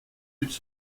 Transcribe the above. études